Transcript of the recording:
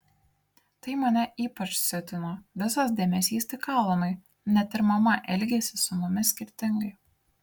tai mane ypač siutino visas dėmesys tik alanui net ir mama elgėsi su mumis skirtingai